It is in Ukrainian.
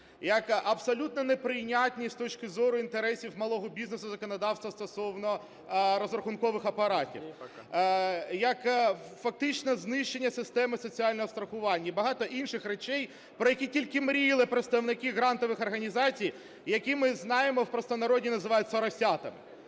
як абсолютно неприйнятне, з точки зору інтересів малого бізнесу, законодавство стосовно розрахункових апаратів, як фактично знищення системи соціального страхування і багато інших речей, про які тільки мріяли представники грантових організацій. І які, ми знаємо, в простонароді називають "соросятами".